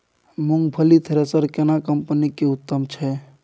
मूंगफली थ्रेसर केना कम्पनी के उत्तम छै?